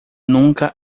nunca